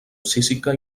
psíquica